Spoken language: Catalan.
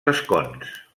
escons